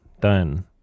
done